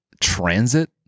Transit